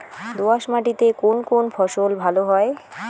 দোঁয়াশ মাটিতে কোন কোন ফসল ভালো হয়?